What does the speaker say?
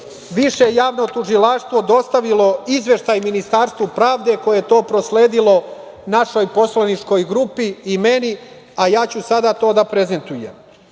Više javno tužilaštvo dostavilo izveštaj Ministarstvu pravde koje je to prosledilo našoj poslaničkog grupi i meni, a ja ću sada to da prezentujem. Samo